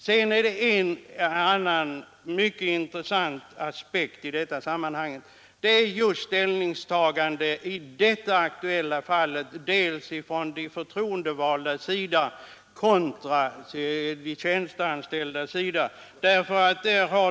Dels finns det en annan mycket intressant aspekt i detta sammanhang, nämligen ställningstagandet i det aktuella fallet från de förtroendevaldas sida kontra de tjänsteanställdas sida.